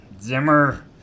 Zimmer